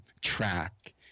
track